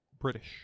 British